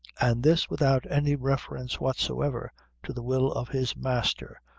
and this without any reference whatsoever to the will of his master,